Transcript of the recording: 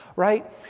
Right